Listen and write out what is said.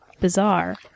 bizarre